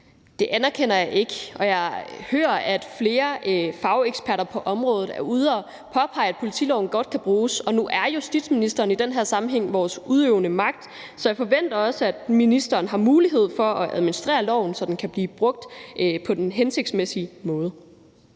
Det anerkender jeg ikke. Jeg hører også, at flere fageksperter på området er ude at påpege, at politiloven godt kan bruges. Nu er justitsministeren i den her sammenhæng vores udøvende magt, så jeg forventer også, at ministeren har mulighed for at administrere loven, så den kan blive brugt på den hensigtsmæssige måde.